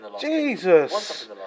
Jesus